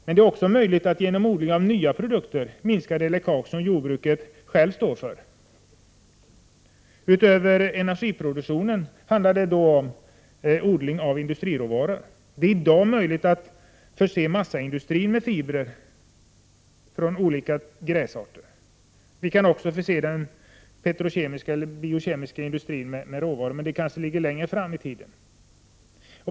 Men det är också möjligt att genom odling av nya produkter minska de läckage som jordbruket självt står för. Utöver energiproduktionen handlar det då om odling av industriråvaror. Det är i dag möjligt att förse massaindustrin med fibrer från olika gräsarter. Vi kan också förse den petrokemiska eller biokemiska industrin med råvaror, men detta ligger kanske längre fram i tiden.